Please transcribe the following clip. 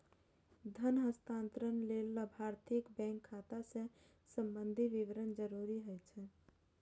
धन हस्तांतरण लेल लाभार्थीक बैंक खाता सं संबंधी विवरण जरूरी होइ छै